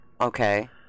Okay